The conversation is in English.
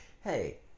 Hey